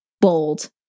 bold